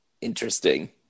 interesting